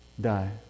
die